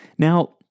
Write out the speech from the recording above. Now